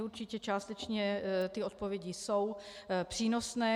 Určitě částečně ty odpovědi jsou přínosné.